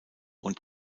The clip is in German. und